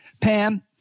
Pam